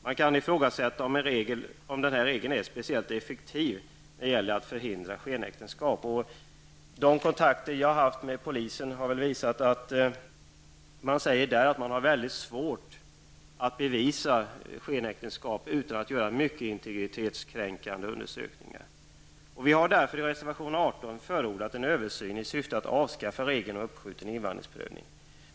Man kan ifrågasätta om regeln är speciellt effektiv när det gäller att förhindra skenäktenskap. De kontakter jag har haft med polisen har visat att polisen har svårt att bevisa skenäktenskap utan att göra mycket integritetskränkande undersökningar. Vi har i reservation 18 förordat en översyn i syfte att avskaffa regeln om uppskjuten invandringsprövning.